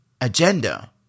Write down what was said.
agenda